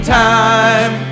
time